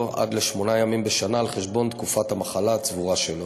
עד שמונה ימים בשנה על חשבון תקופת המחלה הצבורה שלו.